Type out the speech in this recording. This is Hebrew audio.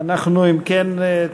אנחנו, אם כן,